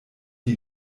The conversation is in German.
die